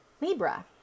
Libra